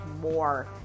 more